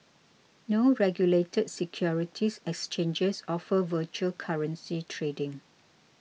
no regulated securities exchanges offer virtual currency trading